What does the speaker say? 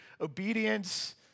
obedience